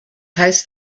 heißt